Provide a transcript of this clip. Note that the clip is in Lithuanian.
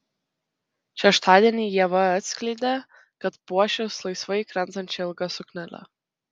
šeštadienį ieva atskleidė kad puošis laisvai krentančia ilga suknele